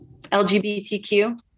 LGBTQ